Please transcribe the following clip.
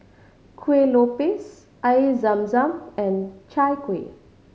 Kueh Lopes Air Zam Zam and Chai Kueh